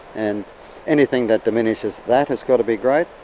and anything that diminishes that has got to be great.